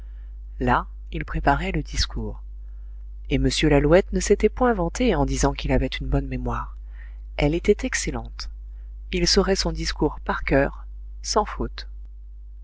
là ils préparaient le discours et m lalouette ne s'était point vanté en disant qu'il avait une bonne mémoire elle était excellente il saurait son discours par coeur sans faute